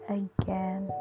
again